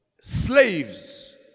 slaves